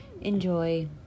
enjoy